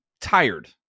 tired